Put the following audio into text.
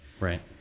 Right